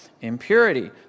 impurity